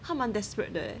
他蛮 desperate 的